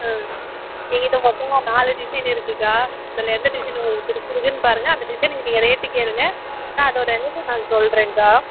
ஆ என்கிட்ட மொத்தமாக நாலு டிசைன் இருக்கு அக்கா அதில் எந்த டிசைன் உங்களுக்கு பிடிச்சிருக்குன்னு பாருங்கள் அந்த டிசைன் நீங்கள் ரேட்டு கேளுங்கள் நான் அதோட ரேட்டு நான் சொல்லுறேன்க்கா